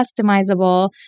customizable